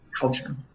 culture